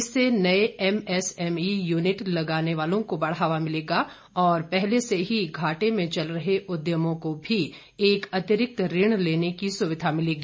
इससे नए MSME unit लगाने वालों को बढ़ावा मिलेगा और पहले से ही घाटे में चल रहे उद्यमों को भी एक अतिरिक्त ऋण लेने की सुविधा मिलेगी